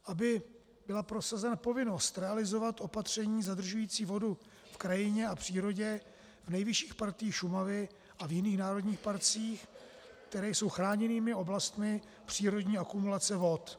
Aby byla prosazena povinnost realizovat opatření zadržující vodu v krajině a přírodě nejvyšších partií Šumavy a v jiných národních parcích, které jsou chráněnými oblastmi přírodní akumulace vod.